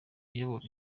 uyobora